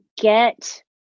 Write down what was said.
get